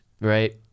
right